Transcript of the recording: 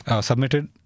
submitted